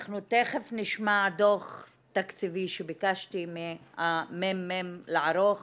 אנחנו תיכף נשמע דוח תקציבי שביקשתי מהממ"מ לערוך